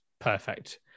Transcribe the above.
perfect